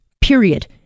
period